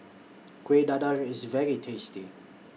Kueh Dadar IS very tasty